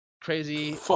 Crazy